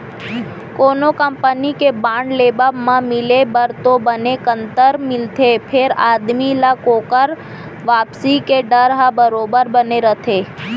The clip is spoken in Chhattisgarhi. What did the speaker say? कोनो कंपनी के बांड लेवब म मिले बर तो बने कंतर मिलथे फेर आदमी ल ओकर वापसी के डर ह बरोबर बने रथे